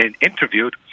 interviewed